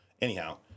Anyhow